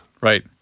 Right